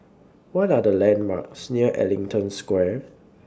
What Are The landmarks near Ellington Square